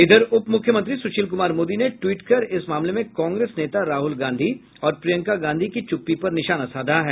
इधर उप मूख्यमंत्री सुशील कुमार मोदी ने ट्वीट कर इस मामले में कांग्रेस नेता राहुल गांधी और प्रियंका गांधी की चुप्पी पर निशाना साधा है